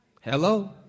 Hello